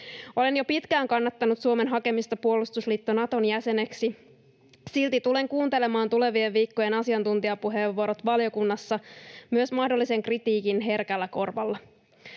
Olen jo pitkään kannattanut Suomen hakemista puolustusliitto Naton jäseneksi. Silti tulen kuuntelemaan tulevien viikkojen asiantuntijapuheenvuorot valiokunnassa, myös mahdollisen kritiikin, herkällä korvalla.